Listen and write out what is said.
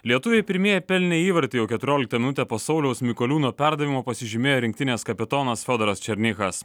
lietuviai pirmieji pelnė įvartį jau keturioliktą minutę po sauliaus mikoliūno perdavimo pasižymėjo rinktinės kapitonas fiodoras černychas